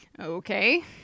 Okay